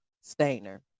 Stainer